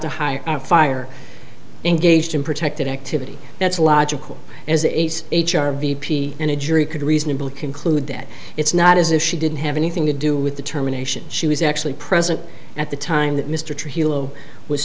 the hire of fire engaged in protected activity that's logical as a h r v p and a jury could reasonably conclude that it's not as if she didn't have anything to do with the terminations she was actually present at the time that mr trujillo was